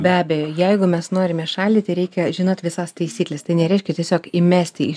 be abejo jeigu mes norime šaldyti reikia žinot visas taisykles tai nereiškia tiesiog įmesti į